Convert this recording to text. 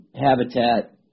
habitat